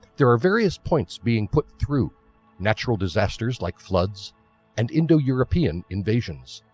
there are various points being put through natural disasters like floods and indo-european invasions.